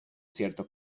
cierto